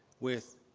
with